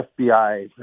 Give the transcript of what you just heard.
FBI